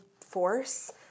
force